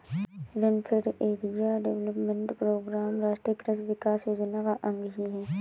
rainfed area development programme राष्ट्रीय कृषि विकास योजना का अंग ही है